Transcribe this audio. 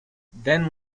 then